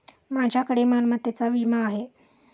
माझ्याकडे मालमत्तेचा विमा आहे